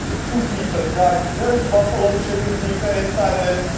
two pizzas. guys, there's buffalo chicken pizza inside of this.